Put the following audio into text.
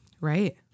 right